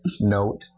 note